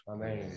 Amém